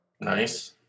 nice